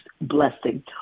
blessing